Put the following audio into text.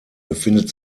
befindet